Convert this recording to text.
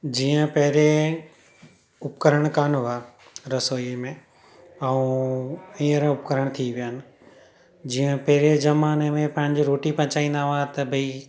जीअं पहिरें उपकरण कानि हुया रसोईअ में ऐं हीअंर उपकरण थी विया आहिनि जीअं पहिरें ज़माने में पंहिंजी रोटी पचाईंदा हुया त भई